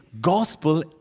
gospel